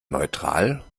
neutral